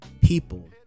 people